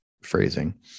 phrasing